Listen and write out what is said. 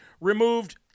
removed